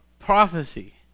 prophecy